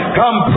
come